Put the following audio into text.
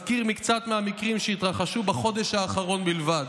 אזכיר מקצת מהמקרים שהתרחשו בחודש האחרון בלבד: